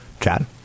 Chad